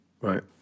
Right